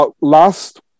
Last